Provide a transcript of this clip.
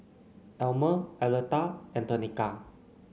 Almer Aletha and Tenika